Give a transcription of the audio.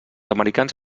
americans